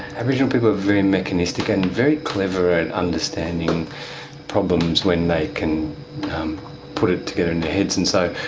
aboriginal people are very mechanistic and and very clever at understanding problems when they can put it together in their heads, and so